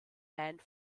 band